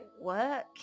work